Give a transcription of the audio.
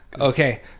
okay